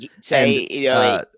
Say